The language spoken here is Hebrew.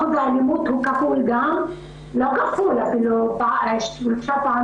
שיעור האלימות הוכפל ואפילו שולש ואני